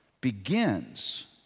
begins